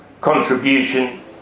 contribution